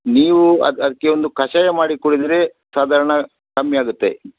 ನೀವು ಅದು ಅದಕ್ಕೆ ಒಂದು ಕಷಾಯ ಮಾಡಿ ಕುಡಿದ್ರೆ ಸಾಧಾರಣ ಕಮ್ಮಿ ಆಗುತ್ತೆ